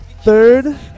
third